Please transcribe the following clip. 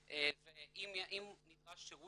ואם נדרש שירות